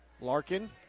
Larkin